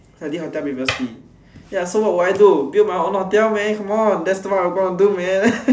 cause I did hotel previously ya so what would I do build my own hotel man come on that's what I wanna do man